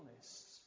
honest